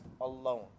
alone